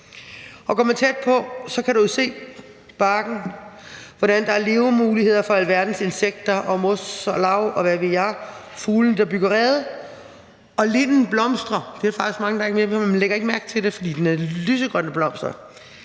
går man tæt på, kan man jo se barken, og hvordan der er levemuligheder for alverdens insekter og mos og lav, og hvad ved jeg, og fugle, der bygger rede, og linden blomstrer, og det er der jo faktisk mange der ikke ved, for man lægger ikke mærke til det, fordi den har lysegrønne blomster.